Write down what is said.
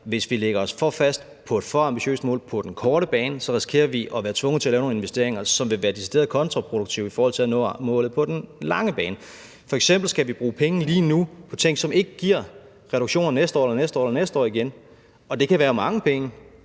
hvis vi lægger os for fast på et for ambitiøst mål på den korte bane, at være tvunget til at lave nogle investeringer, som vil være decideret kontraproduktive i forhold til at nå målet på den lange bane. F.eks. skal vi lige nu bruge penge på ting, som ikke giver reduktioner næste år eller næste år eller næste år igen, og det kan være mange penge